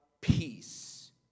peace